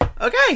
Okay